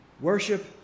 Worship